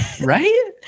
Right